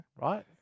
right